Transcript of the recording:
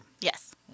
Yes